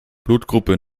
blutgruppe